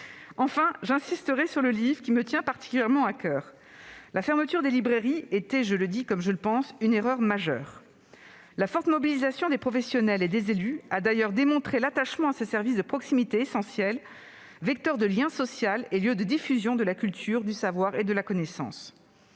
Enfin, j'insisterai sur le secteur du livre, qui me tient particulièrement à coeur. La fermeture des librairies était- je le dis tout net -une erreur majeure. La forte mobilisation des professionnels et des élus a d'ailleurs démontré l'attachement à ce service de proximité essentiel, vecteur de lien social et lieu de diffusion de la culture, du savoir et de la connaissance.